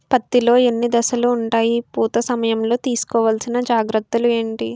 పత్తి లో ఎన్ని దశలు ఉంటాయి? పూత సమయం లో తీసుకోవల్సిన జాగ్రత్తలు ఏంటి?